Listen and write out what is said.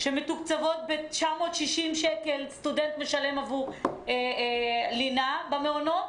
שמתוקצבים ב-960 שקל שסטודנט משלם עבור לינה במעונות,